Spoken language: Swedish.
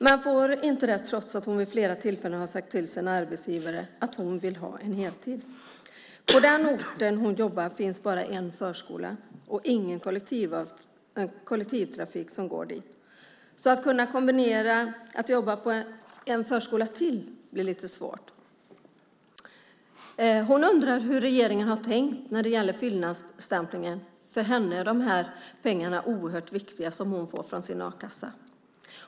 Men hon får det inte, trots att hon vid flera tillfällen har sagt till sin arbetsgivare att hon vill ha en heltid. På den ort där hon jobbar finns bara en förskola och ingen kollektivtrafik som går dit. Att kunna kombinera med att jobba på en förskola till blir lite svårt. Hon undrar hur regeringen har tänkt när det gäller fyllnadsstämplingen. För henne är de pengar som hon får från sin a-kassa oerhört viktiga.